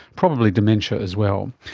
probably dementia as well.